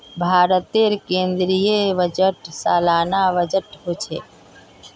भारतेर केन्द्रीय बजट सालाना बजट होछे